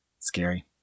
scary